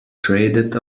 traded